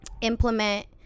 implement